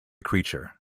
creature